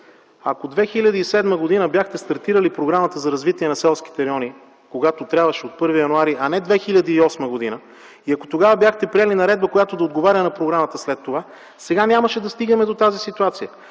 през 2007 г. бяхте стартирали Програмата за развитие на селските райони, когато трябваше – от 1 януари 2007 г., а не от 2008 г., ако тогава бяхте приели наредба, която да отговаря на програмата след това, сега нямаше да стигаме до тази ситуация.